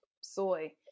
soy